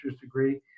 degree